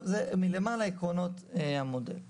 אלה עקרונות המודל מלמעלה.